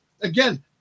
again